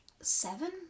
Seven